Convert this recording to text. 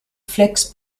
flex